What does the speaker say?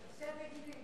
בהקשר המדיני.